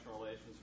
relations